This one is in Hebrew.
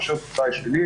שזה בכפוף לתוצאה שלילית.